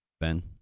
Ben